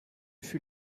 fut